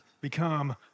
become